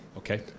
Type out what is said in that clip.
Okay